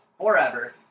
forever